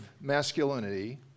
masculinity